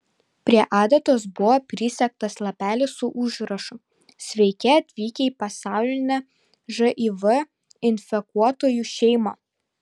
prie adatos buvo prisegtas lapelis su užrašu sveiki atvykę į pasaulinę živ infekuotųjų šeimą